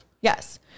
Yes